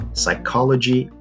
psychology